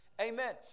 Amen